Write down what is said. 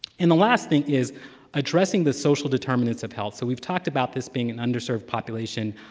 and the last thing is addressing the social determinants of health. so we've talked about this being an underserved population,